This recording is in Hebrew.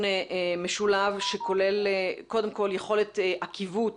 משולב שכולל קודם כל יכולת עקיבות